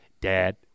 Dad